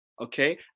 Okay